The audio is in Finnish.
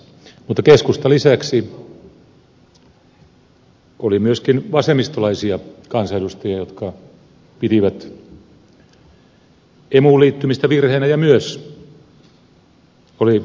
mutta keskustan lisäksi oli myöskin vasemmistolaisia kansanedustajia jotka pitivät emuun liittymistä virheenä ja myös oli vihreätäkin väriä painamassa eitä